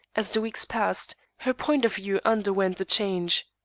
as the weeks passed, her point of view underwent a change.